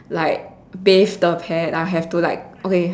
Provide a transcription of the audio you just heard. like bath the pet I'll have to like okay